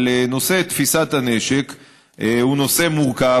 אבל נושא תפיסת הנשק הוא נושא מורכב,